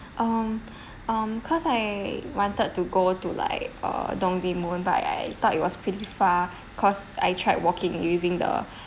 um cause I wanted to go to like uh dongdaemun but I thought it was pretty far cause I tried walking using the